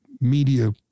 media